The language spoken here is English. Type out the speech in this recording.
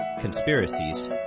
conspiracies